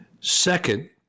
Second